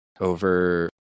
over